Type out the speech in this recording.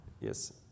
Yes